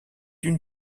une